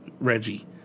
Reggie